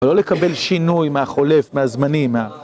ולא לקבל שינוי מהחולף, מהזמני, מה...